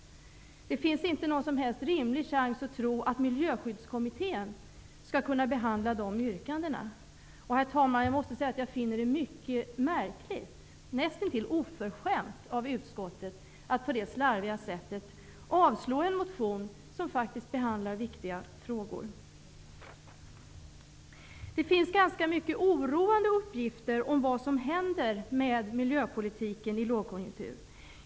Det finns inte någon som helst rimlig chans att tro att Miljöskyddskommittén skulle kunna behandla mina frågor. Jag måste säga, herr talman, att jag finner det mycket märkligt, näst intill oförskämt, av utskottet att på detta slarviga sätt avstyrka en motion som faktiskt handlar om viktiga frågor. Det finns ganska många oroande uppgifter om vad som händer med miljöpolitiken i lågkonjunktur.